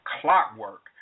clockwork